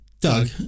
Doug